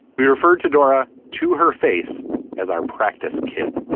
we referred to dora to her face as our practice kid.